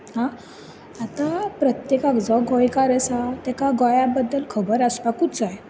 हां आता प्रत्येकाक जो गोंयकार आसा ताका गोंया बद्दल खबर आसपाकूच जाय